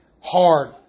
hard